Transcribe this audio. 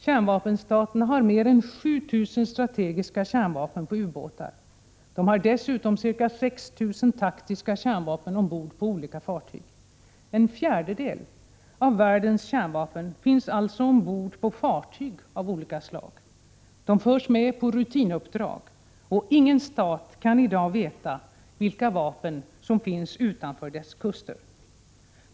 Kärnvapenstaterna har mer än 7 000 strategiska kärnvapen på ubåtar. De har dessutom ca 6 000 taktiska kärnvapen ombord på olika fartyg. En fjärdedel av världens kärnvapen finns alltså ombord på fartyg av olika slag. De förs med på rutinuppdrag, och ingen stat kan i dag veta vilka vapen som finns utanför dess kuster.